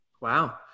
Wow